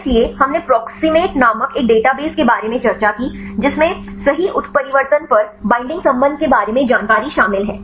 इसलिए हमने प्रोक्सिमते नामक एक डेटाबेस के बारे में चर्चा की जिसमें सही उत्परिवर्तन पर बईंडिंग संबंध के बारे में जानकारी शामिल है